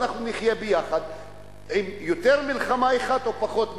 ואנחנו נחיה ביחד עם עוד מלחמה אחת או פחות מלחמה.